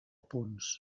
punts